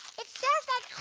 it sounds like